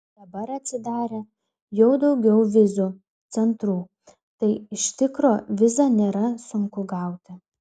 dabar atsidarė jau daugiau vizų centrų tai iš tikro vizą nėra sunku gauti